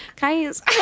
guys